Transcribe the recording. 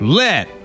let